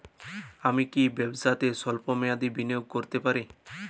আমি কি ব্যবসাতে স্বল্প মেয়াদি বিনিয়োগ করতে পারি?